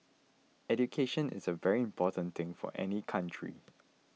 education is a very important thing for any country